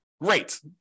great